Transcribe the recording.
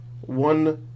one